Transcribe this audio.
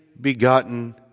begotten